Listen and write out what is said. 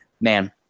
man